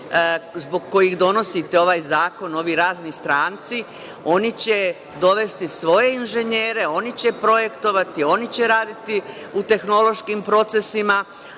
zbog kojih donosite ovaj zakon, ovi razni stranci, oni će dovesti svoje inženjere, oni će projektovati, oni će raditi u tehnološkim procesima,